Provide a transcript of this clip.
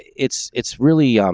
it's it's really, um